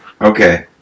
Okay